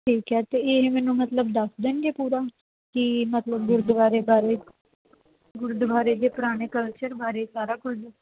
ਠੀਕ ਹੈ ਅਤੇ ਇਹ ਮੈਨੂੰ ਮਤਲਬ ਦੱਸ ਦੇਣਗੇ ਪੂਰਾ ਕੀ ਮਤਲਬ ਗੁਰਦੁਆਰੇ ਬਾਰੇ ਗੁਰਦੁਆਰੇ ਦੇ ਪੁਰਾਣੇ ਕਲਚਰ ਬਾਰੇ ਸਾਰਾ ਕੁਝ